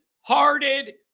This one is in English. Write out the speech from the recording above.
hearted